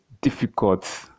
difficult